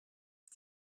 ist